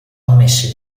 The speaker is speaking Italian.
ammessi